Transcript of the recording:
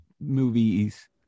Movies